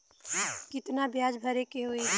कितना ब्याज भरे के होई?